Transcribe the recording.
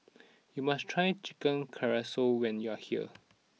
you must try Chicken Casserole when you are here